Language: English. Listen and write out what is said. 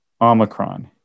Omicron